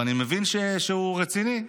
ואני מבין שהוא רציני,